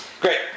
Great